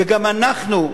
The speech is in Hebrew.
וגם אנחנו,